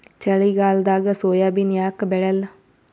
ಚಳಿಗಾಲದಾಗ ಸೋಯಾಬಿನ ಯಾಕ ಬೆಳ್ಯಾಲ?